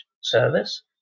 service